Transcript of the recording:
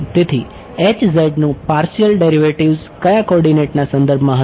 તેથી નું partial derivative કયા કોર્ડીનેટના સંદર્ભમાં હશે